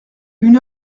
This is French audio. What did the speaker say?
une